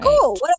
cool